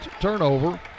turnover